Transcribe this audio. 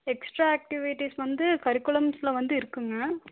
extra activities வந்து கரிக்குலம்ஸில் வந்து இருக்கும்ங்க